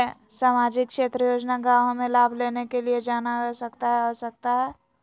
सामाजिक क्षेत्र योजना गांव हमें लाभ लेने के लिए जाना आवश्यकता है आवश्यकता है?